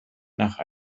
nach